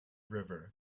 river